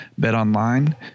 BetOnline